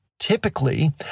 typically